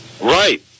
Right